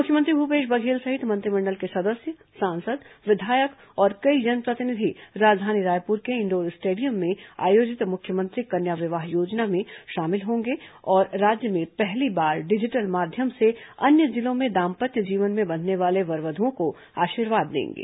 मुख्यमंत्री भूपेश बघेल सहित मंत्रिमंडल के सदस्य सांसद विधायक और कई जनप्रतिनिधि राजधानी रायपुर के इंडोर स्टेडियम में आयोजित मुख्यमंत्री कन्या विवाह आयोजन में शामिल होंगे और राज्य में पहली बार डिजिटल माध्यम से अन्य जिलों में दाम्पत्य जीवन में बंधने वाले वर वधुओं को आशीर्वाद देंगे